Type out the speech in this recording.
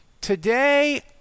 today